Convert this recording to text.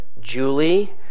Julie